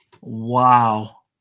Wow